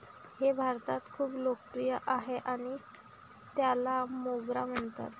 हे भारतात खूप लोकप्रिय आहे आणि त्याला मोगरा म्हणतात